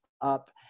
up